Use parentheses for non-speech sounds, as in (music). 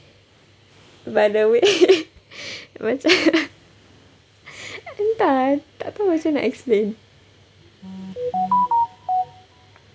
by the way (laughs) macam (laughs) entah eh tak tahu macam mana nak explain (laughs)